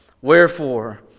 Wherefore